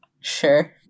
Sure